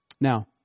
Now